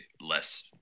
less